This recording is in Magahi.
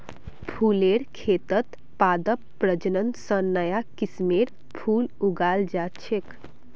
फुलेर खेतत पादप प्रजनन स नया किस्मेर फूल उगाल जा छेक